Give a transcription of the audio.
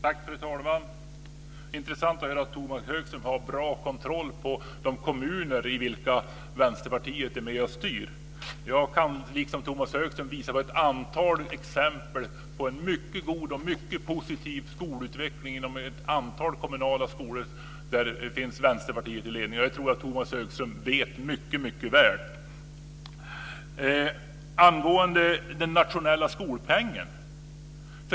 Fru talman! Det är intressant att höra att Tomas Högström har bra kontroll på de kommuner i vilka Vänsterpartiet är med och styr. Jag kan, liksom Tomas Högström, visa på ett antal exempel på en mycket god och positiv skolutveckling inom ett antal kommunala skolor där Vänsterpartiet är i ledningen. Det vet Tomas Högström mycket väl. Sedan var det angående den nationella skolpengen.